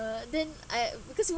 uh then I because